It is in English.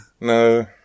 No